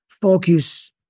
focus